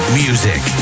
music